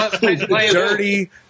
Dirty